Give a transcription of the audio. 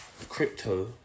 crypto